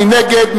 מי נגד?